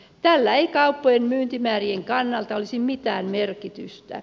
tällä ei kauppojen myyntimäärien kannalta olisi mitään merkitystä